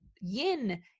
yin